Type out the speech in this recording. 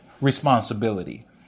responsibility